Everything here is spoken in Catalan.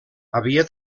havia